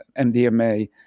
MDMA